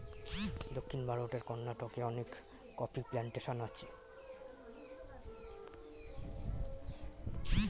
দক্ষিণ ভারতের কর্ণাটকে অনেক কফি প্ল্যান্টেশন আছে